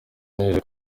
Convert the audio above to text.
nizeye